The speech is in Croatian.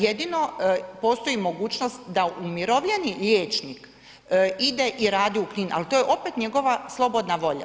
Jedino postoji mogućnost da umirovljeni liječnik ide i radi u Knin, ali to je opet njegova slobodna volja.